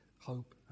hope